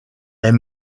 est